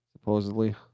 supposedly